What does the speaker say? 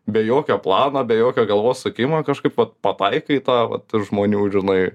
be jokio plano be jokio galvos sukimo kažkaip vat pataikai į tą vat ir žmonių žinai